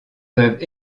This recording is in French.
peuvent